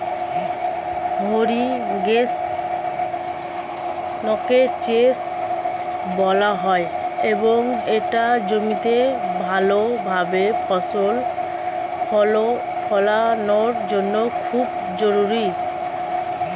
ইরিগেশনকে সেচ বলা হয় এবং এটা জমিতে ভালোভাবে ফসল ফলানোর জন্য খুবই জরুরি